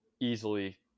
easily